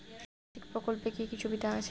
সামাজিক প্রকল্পের কি কি সুবিধা আছে?